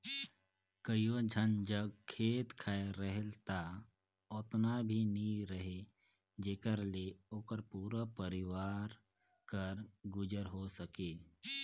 कइयो झन जग खेत खाएर रहेल ता ओतना भी नी रहें जेकर ले ओकर पूरा परिवार कर गुजर होए सके